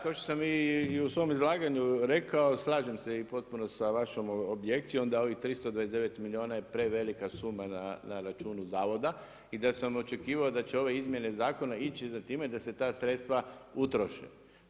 Da to što sam i u svom izlaganju rekao, slažem se i potpuno sa vašom objekcijom da i onda ovih 329 milijuna je prevelika suma na računu zavoda i da sam očekivao da će ove izmjene zakona ići za time da se ta sredstva utroše.